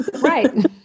Right